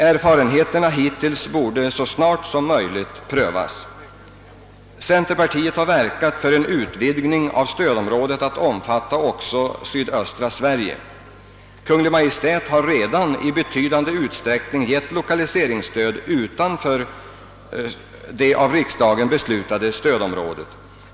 Erfarenheterna hittills borde så snart som möjligt prövas. Centerpartiet har verkat för en utvidgning av stödområdet till att omfatta också sydöstra Sverige. Kungl. Maj:t har redan i betydande utsträckning givit lokaliseringsstöd utanför det av riksdagen beslutade stödområdet.